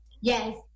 Yes